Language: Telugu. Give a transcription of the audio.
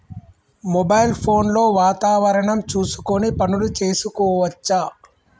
మొబైల్ ఫోన్ లో వాతావరణం చూసుకొని పనులు చేసుకోవచ్చా?